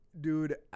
Dude